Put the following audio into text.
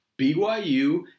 BYU